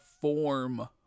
form